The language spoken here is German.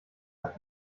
hat